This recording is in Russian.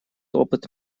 опыт